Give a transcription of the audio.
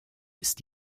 ist